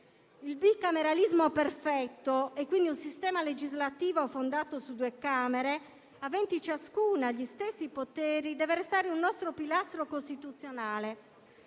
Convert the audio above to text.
Il bicameralismo perfetto, e quindi un sistema legislativo fondato su due Camere aventi ciascuna gli stessi poteri, deve restare un nostro pilastro costituzionale